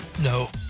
No